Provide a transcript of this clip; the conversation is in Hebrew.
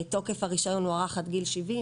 תוקף הרישיון הוארך עד גיל 70,